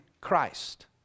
Christ